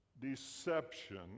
deception